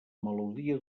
melodia